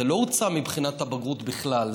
זה לא הוצא מבחינת הבגרות בכלל,